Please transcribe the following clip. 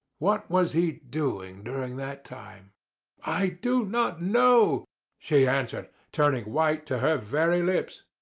what was he doing during that time i do not know she answered, turning white to her very lips.